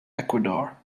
ecuador